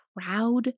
proud